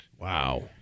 Wow